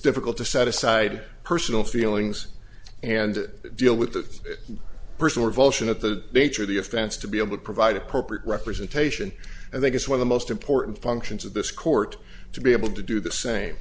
difficult to set aside personal feelings and deal with that personal revulsion at the nature of the offense to be able to provide appropriate representation and that is why the most important functions of this court to be able to do the same